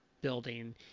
building